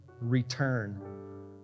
return